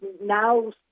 now